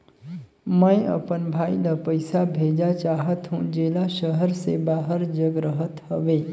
मैं अपन भाई ल पइसा भेजा चाहत हों, जेला शहर से बाहर जग रहत हवे